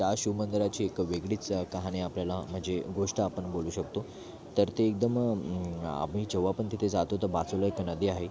त्या शिवमंदिराची एक वेगळीच कहाणी आपल्याला म्हणजे गोष्ट आपण बोलू शकतो तर ते एकदम आम्ही जेव्हा पण तिथे जातो तर बाजूला एक नदी आहे